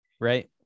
right